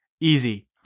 Easy